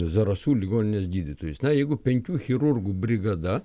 zarasų ligoninės gydytojais na jeigu penkių chirurgų brigada